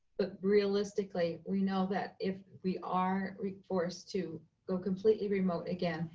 but realistically, we know that if we are forced to go completely remote again,